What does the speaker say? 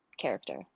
character